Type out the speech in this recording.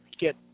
get